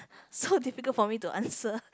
so difficult for me to answer